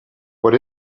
what